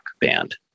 band